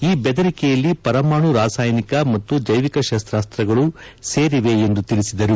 ಈ ಬೆದರಿಕೆಯಲ್ಲಿ ಪರಮಾಣು ರಾಸಾಯನಿಕ ಮತ್ತು ಜೈವಿಕ ಶಸ್ತಾಸ್ತ್ರಗಳು ಸೇರಿವೆ ಎಂದು ತಿಳಿಸಿದರು